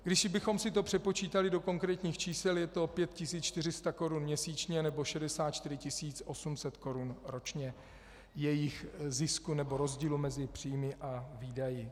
Kdybychom si to přepočítali do konkrétních čísel, je to 5 400 korun měsíčně nebo 64 800 ročně jejich zisku nebo rozdílu mezi příjmy a výdaji.